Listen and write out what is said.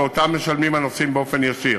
שאותן משלמים הנוסעים באופן ישיר.